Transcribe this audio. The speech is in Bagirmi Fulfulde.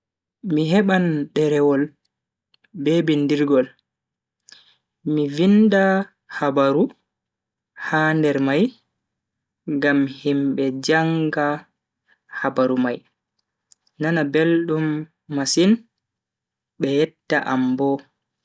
Mi heban derewol be bindirgol, mi vinda habaaru ha nder mai ngam himbe janga habaru mai nana beldum masin be yetta am bo.